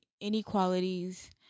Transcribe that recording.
inequalities